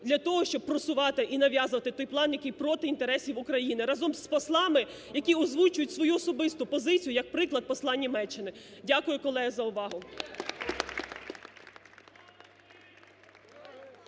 для того, щоб просувати і нав'язувати той план, який проти інтересів України, разом з послами, які озвучують свою особисту позицію, як приклад посла Німеччини. Дякую, колеги, за увагу.